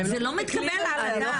זה לא מתקבל על הדעת.